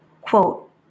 quote